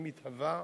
הוא מתהווה,